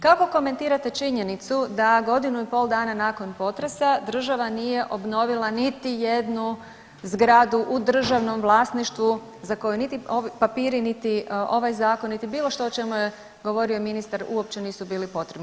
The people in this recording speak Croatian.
Kako komentirate činjenicu da godinu i pol dana nako potresa država nije obnovila niti jednu zgradu u državnom vlasništvu za koju niti papiri, niti ovaj Zakon, niti bilo što o čemu je govorio ministar uopće nisu bili potrebni?